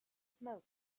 smoke